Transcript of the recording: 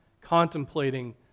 contemplating